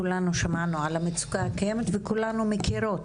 כולנו שמענו על המצוקה הקיימת וכולנו מכירות